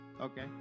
okay